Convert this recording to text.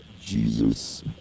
Jesus